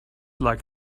like